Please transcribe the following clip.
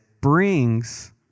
brings